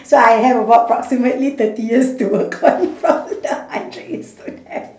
so I have about approximately thirty years to work on probably the hundred years don't have